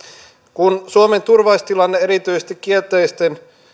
kun suomen turvallisuustilanne erityisesti kielteisten